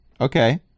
Okay